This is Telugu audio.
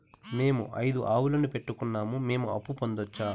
మేము ఐదు ఆవులని పెట్టుకున్నాం, మేము అప్పు పొందొచ్చా